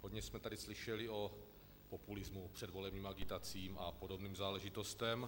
Hodně jsme tady slyšeli o populismu, předvolebních agitacích a podobných záležitostech.